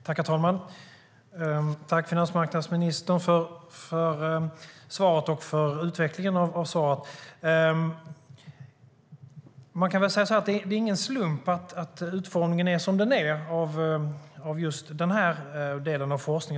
Herr talman! Jag tackar finansmarknadsministern för svaret och utvecklingen av svaret. Det är inte någon slump att utformningen av den här delen av forskningen är som den är.